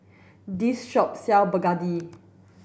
this shop sell Begedil